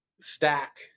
stack